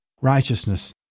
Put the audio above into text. righteousness